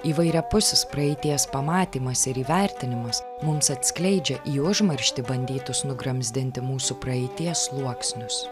įvairiapusis praeities pamatymas ir įvertinimas mums atskleidžia į užmarštį bandytus nugramzdinti mūsų praeities sluoksnius